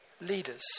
Leaders